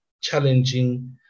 challenging